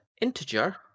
integer